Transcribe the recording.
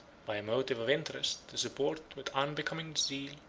by a motive of interest, to support, with unbecoming zeal,